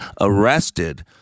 arrested